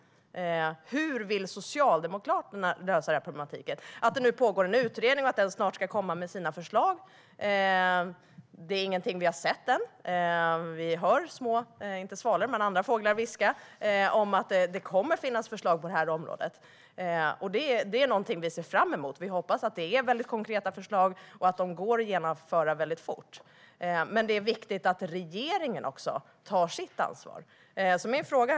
Hur vill Socialdemokraterna lösa problematiken? Att det nu pågår en utredning och att den snart ska komma med sina förslag är ingenting som vi har sett än. Vi hör små inte svalor men andra fåglar viska om att det kommer att finnas förslag på området. Det är någonting vi ser fram mot. Vi hoppas att det är konkreta förslag och att de går att genomföra fort. Men det är viktigt att också regeringen tar sitt ansvar. Herr talman!